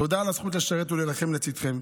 תודה על הזכות לשרת ולהילחם לצידכם,